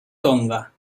tonga